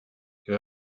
you